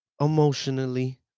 emotionally